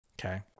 Okay